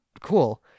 cool